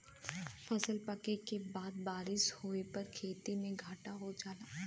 फसल पके के बाद बारिस होए पर खेती में घाटा हो जाला